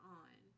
on